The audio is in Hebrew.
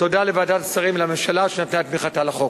תודה לוועדת השרים ולממשלה שנתנה את תמיכתה לחוק.